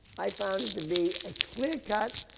i found it to be a clear-cut,